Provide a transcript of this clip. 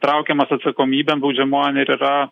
traukiamas atsakomybėn baudžiamojon ir yra